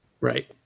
Right